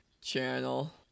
channel